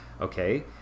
okay